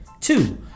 Two